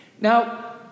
Now